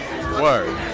Word